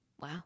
Wow